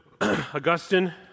Augustine